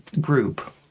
group